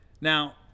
Now